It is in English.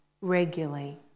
regularly